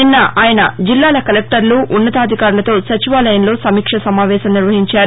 నిన్న ఆయన జిల్లాల కలెక్టర్లు ఉన్నతాధికారులతో సచివాలయంలో సమీక్షా సమావేశం నిర్వహించారు